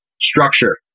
structure